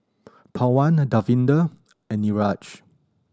Pawan Davinder and Niraj